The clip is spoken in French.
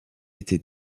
était